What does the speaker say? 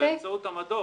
באמצעות המדור.